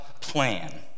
plan